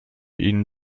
ihnen